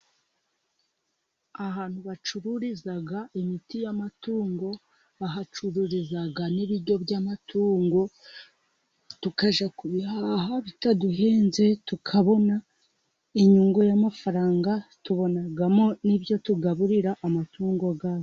Ahantu bacururiza imiti y'amatungo, bahacururiza n'ibiryo by'amatungo, tukajya kubihaha bitaduhenze, tukabona inyungu y'amafaranga, tubonamo n'ibyo tugaburira amatungo.